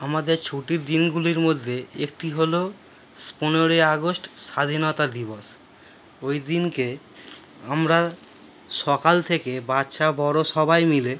আমাদের ছুটির দিনগুলির মধ্যে একটি হলো পনেরোই আগস্ট স্বাধীনতা দিবস ওই দিনকে আমরা সকাল থেকে বাচ্চা বড় সবাই মিলে